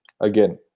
Again